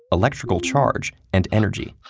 electrical charge, and energy.